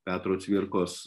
petro cvirkos